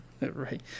Right